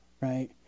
right